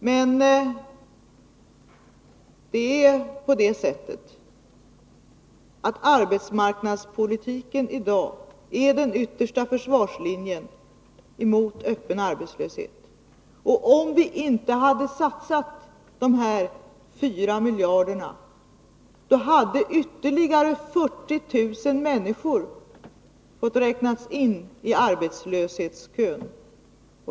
Men det är på det sättet att arbetsmarknadspolitiken i dag är den yttersta försvarslinjen mot öppen arbetslöshet, och om vi inte hade satsat dessa 4 miljarder, hade ytterligare 40 000 människor fått räknas in i arbetslöshetskön.